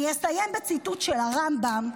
אני אסיים בציטוט של הרמב"ם,